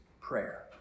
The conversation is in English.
prayer